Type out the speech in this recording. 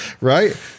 Right